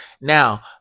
Now